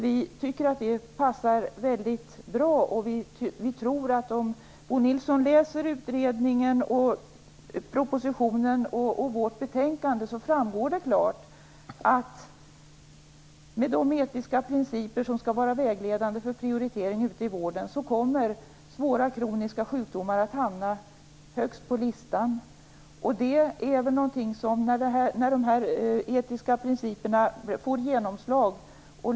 Vi tycker att det passar väldigt bra. Om Bo Nilsson läser utredningen, propositionen och vårt betänkande ser han att det framgår klart att svåra kroniska sjukdomar, med de etiska principer som skall vara vägledande ute i vården, kommer att hamna högst på listan. Det handlar om att dessa etiska principer skall få genomslag.